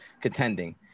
contending